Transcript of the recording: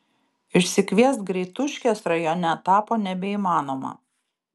išsikviest greituškės rajone tapo nebeįmanoma